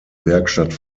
werkstatt